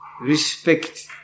respect